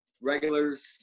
Regulars